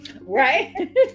right